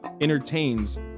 entertains